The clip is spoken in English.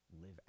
live